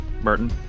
Merton